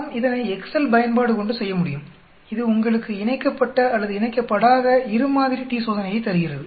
நாம் இதனை எக்ஸ்செல் பயன்பாடு கொண்டு செய்யமுடியும் இது உங்களுக்கு இணைக்கப்பட்ட அல்லது இணைக்கப்படாத இரு மாதிரி t சோதனையை தருகிறது